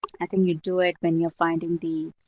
i think you do it when you're finding the